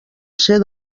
ser